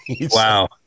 Wow